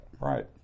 Right